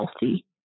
healthy